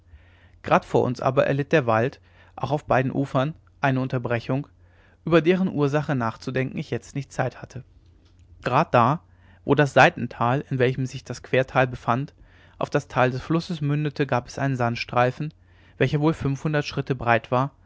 grad vor uns aber erlitt der wald auch auf beiden ufern eine unterbrechung über deren ursache nachzudenken ich jetzt nicht zeit hatte grad da wo das seitental in welchem sich das quertal befand auf das tal des flusses mündete gab es einen sandstreifen welcher wohl fünfhundert schritte breit war